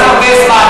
זה ייקח הרבה זמן,